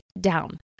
down